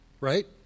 right